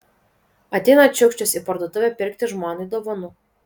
ateina čiukčius į parduotuvę pirkti žmonai dovanų